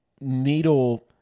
needle